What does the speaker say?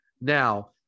Now